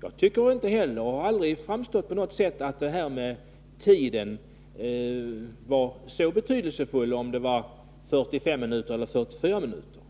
Jag har heller aldrig på något sätt anfört att tiden var så betydelsefull — om det var 45 eller 44 minuter.